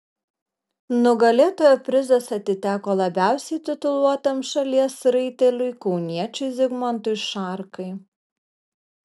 nugalėtojo prizas atiteko labiausiai tituluotam šalies raiteliui kauniečiui zigmantui šarkai